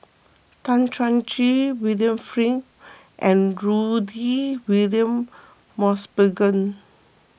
Tan Chuan Jin William Flint and Rudy William Mosbergen